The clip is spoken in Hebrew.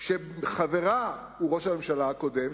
שחבר בה ראש הממשלה הקודם.